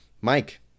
mike